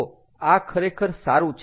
તો આ ખરેખર સારું છે